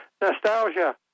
Nostalgia